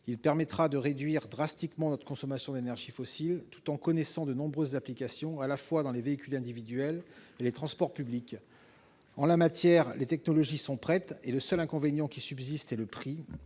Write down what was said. permettra de réduire drastiquement notre consommation d'énergies fossiles tout en connaissant de nombreuses applications, dans les véhicules individuels comme dans les transports publics. En la matière, les technologies sont prêtes ; le seul inconvénient qui subsiste est leur prix,